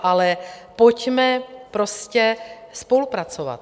Ale pojďme prostě spolupracovat.